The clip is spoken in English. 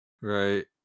Right